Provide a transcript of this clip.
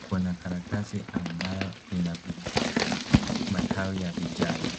kuna karatasi ambayo ina matawi ya majani.